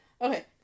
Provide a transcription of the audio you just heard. Okay